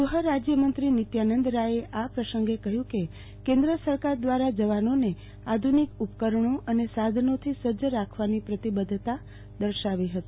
ગૃહ રાજયમંત્રી નિત્યાનંદ રાયે આ પ્રસંગે કહ્યુ કે કેન્દ્ર સરકાર દ્રારા જવ્લોને આધુ નિક ઉપકરણો અને સાધનોથી સજ્જ રાખવાની પ્રતિબધ્ધતા દર્શાવી છે